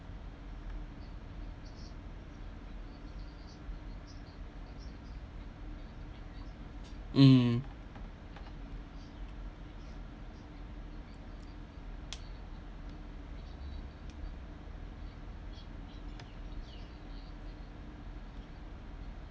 mm